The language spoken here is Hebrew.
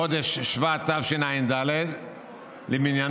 בחודש שבט תשע"ד למניינם,